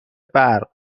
برق